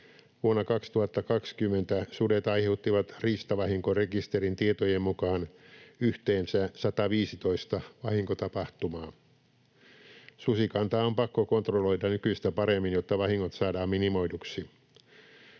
Vuonna 2020 sudet aiheuttivat riistavahinkorekisterin tietojen mukaan yhteensä 115 vahinkotapahtumaa. Susikantaa on pakko kontrolloida nykyistä paremmin, jotta vahingot saadaan minimoiduksi.